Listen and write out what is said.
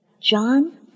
John